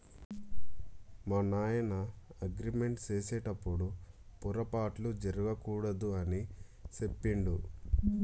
మా నాయన అగ్రిమెంట్ సేసెటప్పుడు పోరపాట్లు జరగకూడదు అని సెప్పిండు